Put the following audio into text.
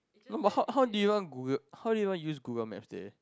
no but how how did you even Google how did you even use Google maps there